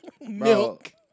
Milk